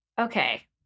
okay